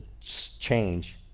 change